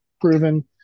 proven